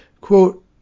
quote